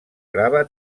grava